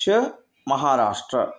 च महाराष्ट्रम्